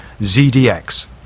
ZDX